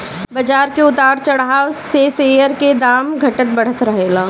बाजार के उतार चढ़ाव से शेयर के दाम घटत बढ़त रहेला